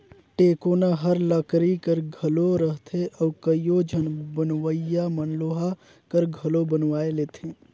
टेकोना हर लकरी कर घलो रहथे अउ कइयो झन बनवइया मन लोहा कर घलो बनवाए लेथे